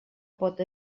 pot